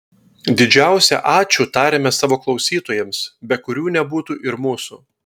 didžiausią ačiū tariame savo klausytojams be kurių nebūtų ir mūsų